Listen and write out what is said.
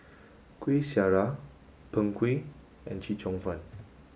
Kueh Syara Png Kueh and Chee Cheong Fun